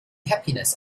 happiness